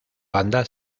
banda